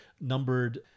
numbered